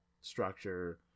structure